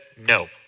no